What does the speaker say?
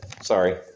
sorry